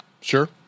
sure